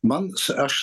man aš